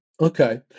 okay